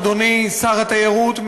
אדוני שר התיירות,